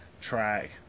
track